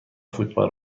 فوتبال